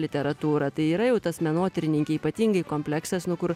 literatūrą tai yra jau tas menotyrininkei ypatingai kompleksas nu kur